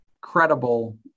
credible